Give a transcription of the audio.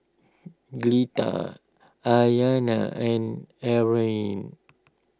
Cleta Ayana and Arne